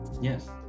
Yes